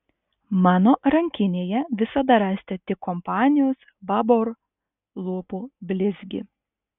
mano rankinėje visada rasite tik kompanijos babor lūpų blizgį